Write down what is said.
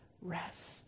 rest